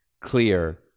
clear